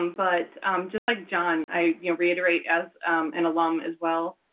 um but just like john, i you know reiterate as an alum as well,